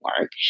work